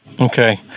okay